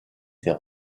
ses